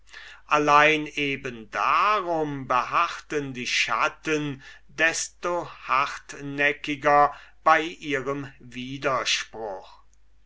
allein eben darum beharrten die schatten desto hartnäckiger bei ihrem widerspruch